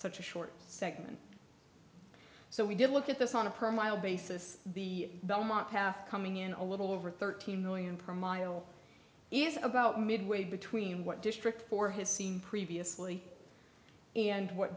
such a short segment so we did look at this on a per mile basis the belmont path coming in a little over thirteen million per mile is about midway between what district for his seen previously and what